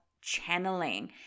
channeling